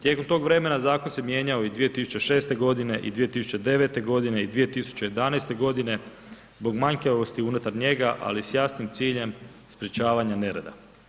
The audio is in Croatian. Tijekom tog vremena zakon se mijenjao i 2006. godine i 2009. godine i 2011. godine zbog manjkavosti unutar njega, ali s jasnim ciljem sprečavanja nereda.